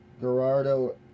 Gerardo